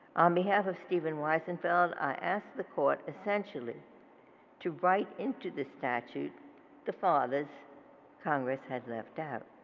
on behalf of stephen wiesenfeld, i asked the court essentially to write into the statue the fathers congress had left out.